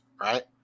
right